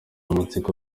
amatsiko